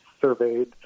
surveyed